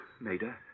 Maida